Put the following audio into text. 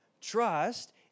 trust